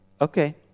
Okay